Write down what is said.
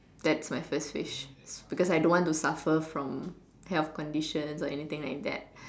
that's my first wish because I don't want to suffer from health conditions or anything like that